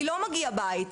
לי לא מגיע בית.